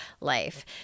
life